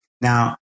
Now